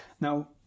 now